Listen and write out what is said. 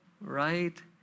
right